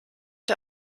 der